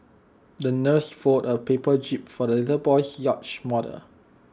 the nurse fold A paper jib for the little boy's yacht model